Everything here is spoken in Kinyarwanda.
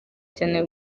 cyane